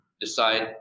decide